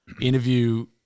interview